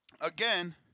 Again